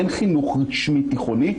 אין חינוך רשמי תיכוני,